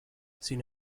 sin